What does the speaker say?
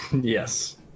Yes